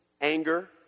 anger